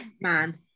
man